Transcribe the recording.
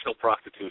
prostitution